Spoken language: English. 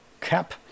cap